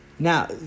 Now